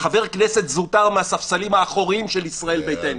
חבר כנסת זוטר מהספסלים האחוריים של ישראל ביתנו.